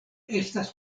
estas